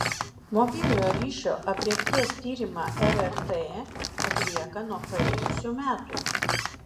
mobiliojo ryšio aprėpties tyrimą rrt atlieka nuo praėjusių metų